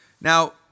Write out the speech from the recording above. Now